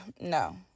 no